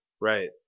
Right